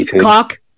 cock